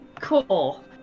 Cool